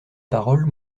parole